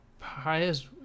highest